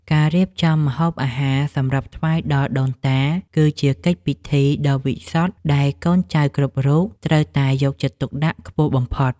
ការរៀបចំម្ហូបអាហារសម្រាប់ថ្វាយដល់ដូនតា គឺជាកិច្ចពិធីដ៏វិសុទ្ធដែលកូនចៅគ្រប់រូបត្រូវតែយកចិត្តទុកដាក់ខ្ពស់បំផុត។